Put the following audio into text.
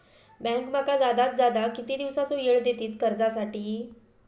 Bank माका जादात जादा किती दिवसाचो येळ देयीत कर्जासाठी?